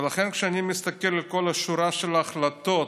ולכן כשאני מסתכל על כל השורה של ההחלטות,